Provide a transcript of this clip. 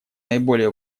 наиболее